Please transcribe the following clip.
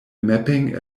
mapping